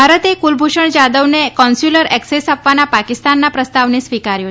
ભારતે કુલભૂષણ જાધવને consular access આપવાના પાકિસ્તાનનાં પ્રસ્તાવને સ્વીકાર્યો